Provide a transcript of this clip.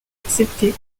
accepté